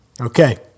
Okay